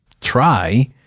try